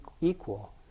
equal